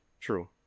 True